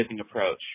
approach